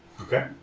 okay